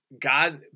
God